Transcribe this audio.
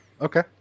Okay